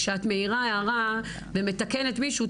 כשאת מעירה הערה ומתקנת מישהו,